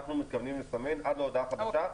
אנחנו מתכוונים לסמן עד להודעה חדשה,